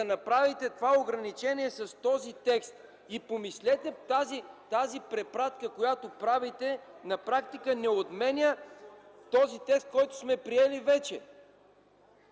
направите това ограничение с този текст и помислете тази препратка, която правите, на практика не отменя този текст, който сме приели вече.